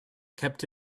kept